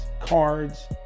cards